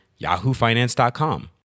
yahoofinance.com